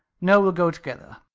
no, we'll go together.